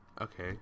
okay